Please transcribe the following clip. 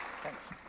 Thanks